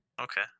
Okay